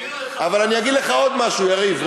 אני מזכיר לך, אבל אומר לך עוד משהו, יריב.